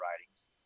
writings